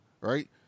Right